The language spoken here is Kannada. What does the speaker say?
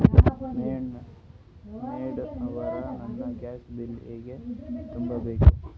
ಮೆಡಂ ಅವ್ರ, ನಾ ಗ್ಯಾಸ್ ಬಿಲ್ ಹೆಂಗ ತುಂಬಾ ಬೇಕ್ರಿ?